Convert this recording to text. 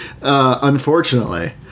unfortunately